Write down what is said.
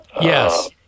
Yes